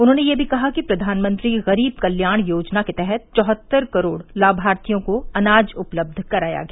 उन्होंने यह भी कहा कि प्रधानमंत्री गरीब कल्याण योजना के तहत चौहत्तर करोड़ लाभार्थियों को अनाज उपलब्ध कराया गया